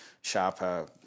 sharper